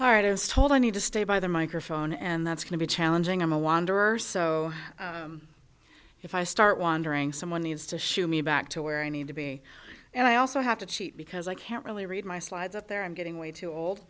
is told i need to stay by the microphone and that's going to be challenging i'm a wanderer so if i start wandering someone needs to shoo me back to where i need to be and i also have to cheat because i can't really read my slides up there i'm getting way too old